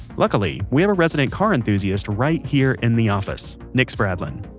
luckily we have a resident car enthusiast right here in the office. nick spradlin.